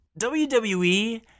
WWE